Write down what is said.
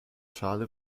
schale